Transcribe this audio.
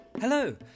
Hello